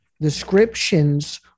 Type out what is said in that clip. descriptions